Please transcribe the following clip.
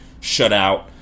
shutout